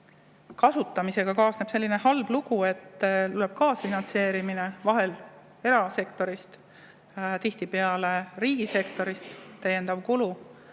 kasutamisega kaasneb selline halb lugu, et tuleb kaasfinantseerimine – vahel erasektorist, tihtipeale riigisektorist – ehk täiendav kulu.